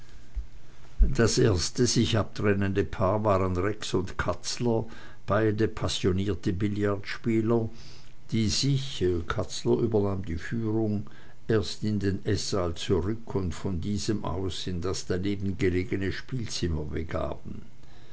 das erste sich abtrennende paar waren rex und katzler beide passionierte billardspieler die sich katzler übernahm die führung erst in den eßsaal zurück und von diesem aus in das daneben gelegene spielzimmer begaben